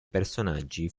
personaggi